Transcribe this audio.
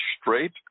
straight